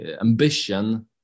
ambition